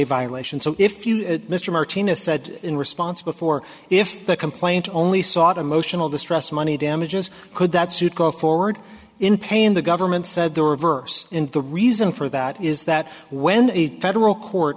a violation so if you mr martinez said in response before if the complaint only sought emotional distress money damages could that suit go forward in paying the government said the reverse and the reason for that is that when a federal court